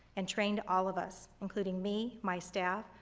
and trained all of us, including me, my staff,